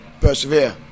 persevere